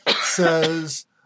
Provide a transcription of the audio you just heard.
says